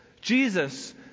Jesus